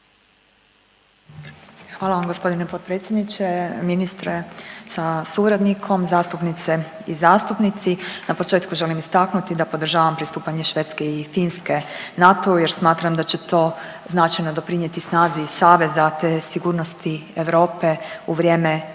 Hvala vam. Gospodine potpredsjedniče, ministre sa suradnikom, zastupnice i zastupnici na početku želim istaknuti da podržavam pristupanje Švedske i Finske NATO-u jer smatram da će to značajno doprinijeti snazi saveza te sigurnosti Europe u vrijeme